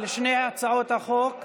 על שתי הצעות החוק,